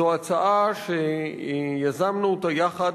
זו הצעה שיזמנו אותה יחד,